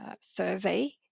survey